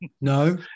No